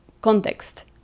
context